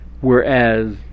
Whereas